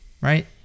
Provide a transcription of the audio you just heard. right